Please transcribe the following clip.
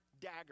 dagger